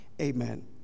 Amen